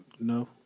No